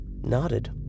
nodded